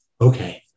Okay